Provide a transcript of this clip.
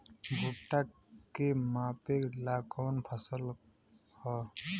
भूट्टा के मापे ला कवन फसल ह?